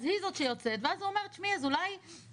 אז היא זאת שיוצאת ואז הוא אומר: אולי טעיתי